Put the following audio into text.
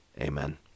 Amen